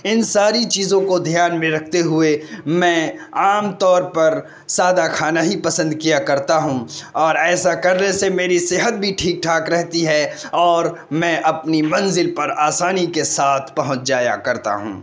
ان ساری چیزوں کو دھیان میں رکھتے ہوئے میں عام طور پر سادہ کھانا ہی پسند کیا کرتا ہوں اور ایسا کرنے سے میری صحت بھی ٹھیک ٹھاک رہتی ہے اور میں اپنی منزل پر آسانی کے ساتھ پہنچ جایا کرتا ہوں